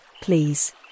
please